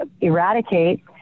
eradicate